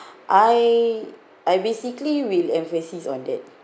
I I basically will emphasis on that